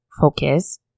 focus